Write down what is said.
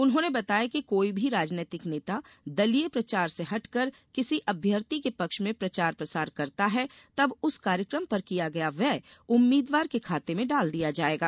उन्होंने बताया कि कोई भी राजनैतिक नेता दलीय प्रचार से हटकर किसी अभ्यर्थी के पक्ष में प्रचार प्रसार करता है तब उस कार्यक्रम पर किया गया व्यय उम्मीदवार के खाते में डाल दिया जायेगा